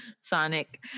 sonic